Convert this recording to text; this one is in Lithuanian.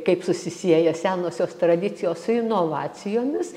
kaip susisieja senosios tradicijos su inovacijomis